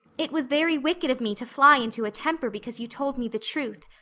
it was very wicked of me to fly into a temper because you told me the truth.